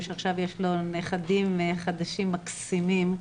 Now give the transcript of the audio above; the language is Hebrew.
ושעכשיו יש לו נכדים חדשים מקסימים,